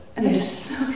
Yes